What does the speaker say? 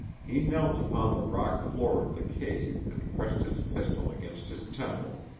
he knelt upon the rock floor of the cave and pressed his pistol against his temple.